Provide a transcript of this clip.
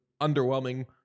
underwhelming